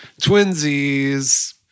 Twinsies